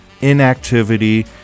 inactivity